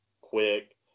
quick